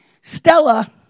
Stella